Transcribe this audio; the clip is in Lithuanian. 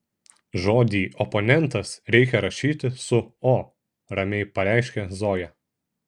žodį oponentas reikia rašyti su o ramiai pareiškė zoja